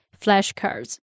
flashcards